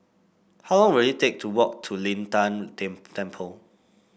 how will it take to walk to Lin Tan Tem Temple